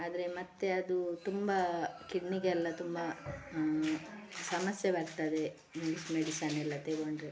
ಆದರೆ ಮತ್ತೆ ಅದು ತುಂಬ ಕಿಡ್ನಿಗೆಲ್ಲ ತುಂಬ ಸಮಸ್ಯೆ ಬರ್ತದೆ ಇಂಗ್ಲೀಷ್ ಮೆಡಿಸನ್ ಎಲ್ಲ ತಗೊಂಡ್ರೆ